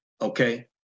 okay